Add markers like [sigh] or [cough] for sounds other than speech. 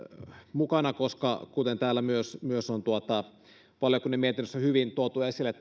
mukana koska kuten myös myös täällä valiokunnan mietinnössä on hyvin tuotu esille [unintelligible]